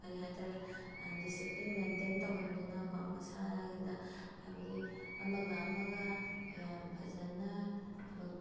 ꯀꯔꯤ ꯍꯥꯏꯇꯥꯔꯦ discipline maintain ꯇꯧꯍꯟꯗꯨꯅ ꯀꯣ ꯃꯁꯥꯗ ꯍꯥꯏꯕꯗꯤ ꯑꯃꯒ ꯑꯃꯒ ꯌꯥꯝ ꯐꯖꯅ